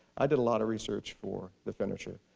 i did a lot of research for the finisher.